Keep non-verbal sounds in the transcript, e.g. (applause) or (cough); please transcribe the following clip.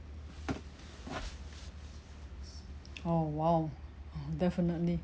oh !wow! (laughs) definitely